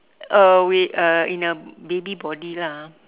uh we uh in a baby body lah